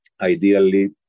Ideally